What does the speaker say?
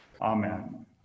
Amen